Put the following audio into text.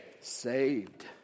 saved